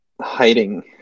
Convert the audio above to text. hiding